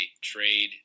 trade –